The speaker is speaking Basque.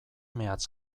mehatz